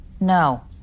No